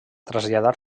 traslladar